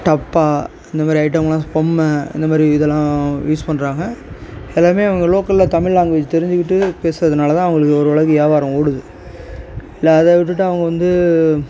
டப்பா இந்த மாரி ஐட்டம்லாம் பொம்மை இந்த மாரி இதெலாம் யூஸ் பண்ணுறாங்க எல்லாருமே அவங்க லோக்கலில் தமிழ் லாங்குவேஜ் தெரிஞ்சிக்கிட்டு பேசுறதுனால தான் அவங்களுக்கு ஓரளவுக்கு வியாபாரம் ஓடுது இல்லை அதை விட்டுவிட்டு அவங்க வந்து